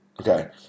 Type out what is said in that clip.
Okay